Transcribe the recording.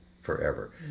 forever